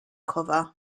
cover